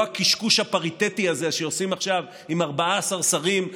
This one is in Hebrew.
לא הקשקוש הפריטטי הזה שעושים עכשיו עם 14 שרים,